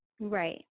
Right